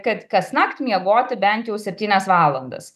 kad kasnakt miegoti bent jau septynias valandas